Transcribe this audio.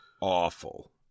awful